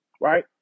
right